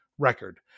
Record